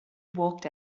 walked